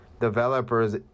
developers